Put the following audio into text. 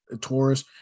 Taurus